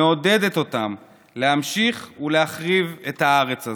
מעודדת אותם להמשיך ולהחריב את הארץ הזו.